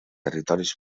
territoris